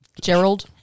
Gerald